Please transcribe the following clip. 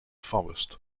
forest